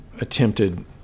attempted